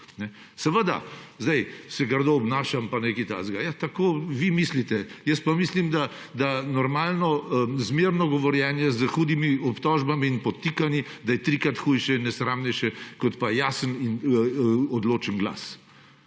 Seveda se grdo obnašam in nekaj takega. Tako vi mislite. Jaz pa mislim, da je normalno, zmerno govorjenje z hudimi obtožbami in podtikanji trikrat hujše, nesramnejše kot pa jasen in odločen glas,